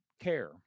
care